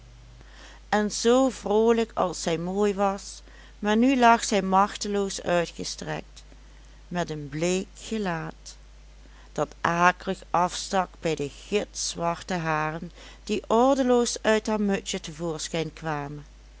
en zoo vroolijk als zij mooi was maar nu lag zij machteloos uitgestrekt met een bleek gelaat dat akelig afstak bij de gitzwarte haren die ordeloos uit haar mutsje te voorschijn kwamen